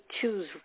choose